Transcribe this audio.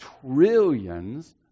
trillions